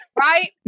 Right